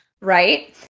Right